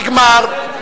נגמר.